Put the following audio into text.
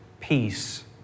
peace